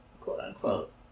quote-unquote